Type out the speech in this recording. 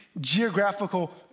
geographical